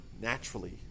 naturally